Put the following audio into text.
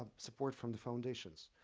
um support from the foundations.